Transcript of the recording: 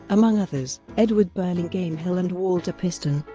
among others, edward burlingame hill and walter piston.